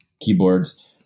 keyboards